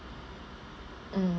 mm